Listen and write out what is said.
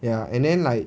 ya and then like